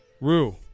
Rue